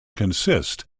consist